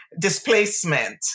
displacement